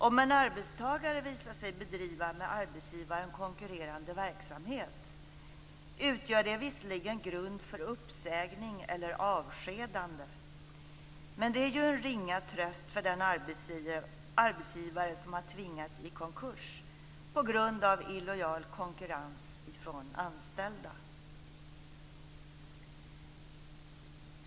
Om en arbetstagare visar sig bedriva med arbetsgivaren konkurrerande verksamhet utgör det visserligen grund för uppsägning eller avskedande, men det är ju en ringa tröst för den arbetsgivare som har tvingats i konkurs på grund av illojal konkurrens från anställda.